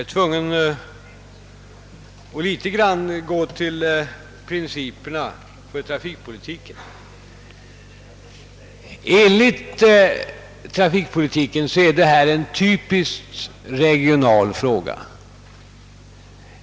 Herr talman! Jag är tvungen att något gå in på principerna för trafikpolitiken. Enligt trafikpolitiken är detta en typiskt regional fråga.